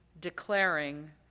declaring